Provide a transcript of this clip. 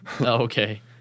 Okay